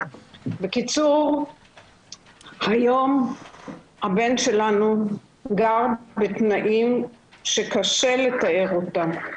בקיצור היום הבן שלנו גר בתנאים שקשה לתאר אותם,